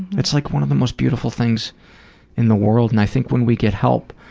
it's like one of the most beautiful things in the world, and i think when we get help,